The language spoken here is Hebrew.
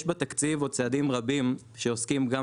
יש בתקציב עוד צעדים רבים שעוסקים גם